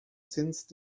since